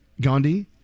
Gandhi